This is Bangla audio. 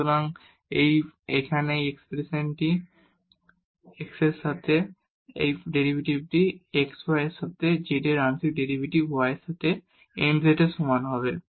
সুতরাং আমাদের এখানে এই এক্সপ্রেশনটি x এর সাথে z এর আংশিক ডেরিভেটিভ x y এর সাথে z এর আংশিক ডেরিভেটিভ y এর সাথে nz এর সমান হবে